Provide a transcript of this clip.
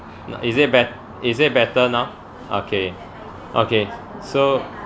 is it bet~ is it better now okay okay so